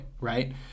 Right